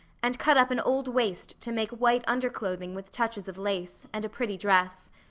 and cut up an old waist to make white under-clothing with touches of lace, and a pretty dress.